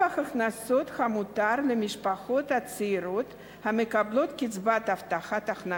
ההכנסות המותר למשפחות צעירות המקבלות קצבת הבטחת הכנסה.